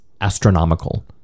astronomical